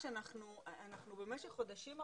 אנחנו במשך חודשים ארוכים,